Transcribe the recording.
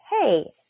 hey